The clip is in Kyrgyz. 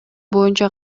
боюнча